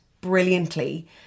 brilliantly